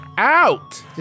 Out